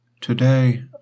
Today